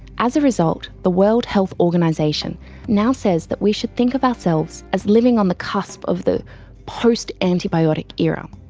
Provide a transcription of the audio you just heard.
as a result, the world health organisation now says that we should think of ourselves as living on the cusp of the post-antibiotic era,